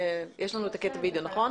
יש לנו קטע וידאו, נכון?